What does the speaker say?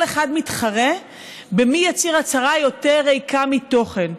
כל אחד מתחרה מי יצהיר הצהרה יותר ריקה מתוכן.